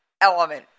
element